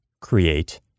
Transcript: create